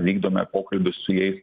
vykdome pokalbius su jais